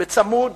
בצמוד